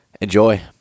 Enjoy